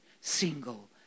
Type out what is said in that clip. single